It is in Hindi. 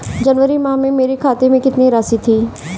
जनवरी माह में मेरे खाते में कितनी राशि थी?